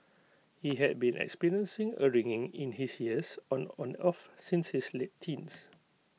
he had been experiencing A ringing in his ears on and off since his late teens